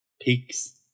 Peaks